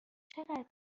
چقدر